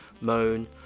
moan